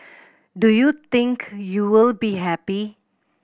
do you think you will be happy